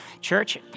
Church